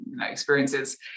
experiences